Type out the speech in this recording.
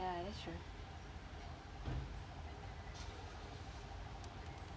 ya that's true